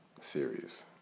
series